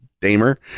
damer